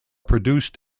produced